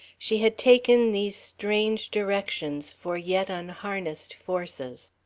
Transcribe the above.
she had taken these strange directions for yet unharnessed forces.